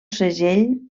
segell